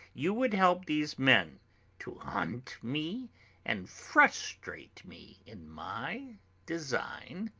you would help these men to hunt me and frustrate me in my designs!